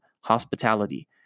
hospitality